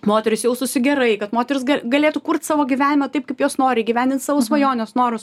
moterys jaustųsi gerai kad moterys gal galėtų kurt savo gyvenimą taip kaip jos nori įgyvendint savo svajones norus